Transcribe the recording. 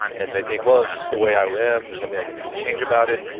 and they think, well, it's just the way i am. there's nothing i can do to change about it.